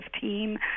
team